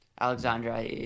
Alexandra